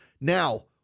Now